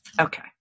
Okay